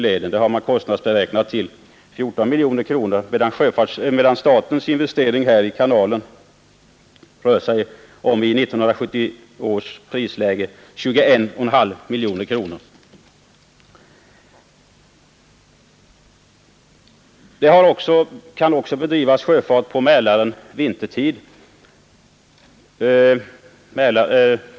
Detta har kostnadsberäknats till 14 miljoner kronor, medan statens investering i kanalen i 1970 års prisläge rör sig om 21,5 miljoner kronor. Det kan också bedrivas sjöfart på Mälaren vintertid.